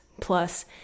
plus